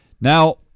Now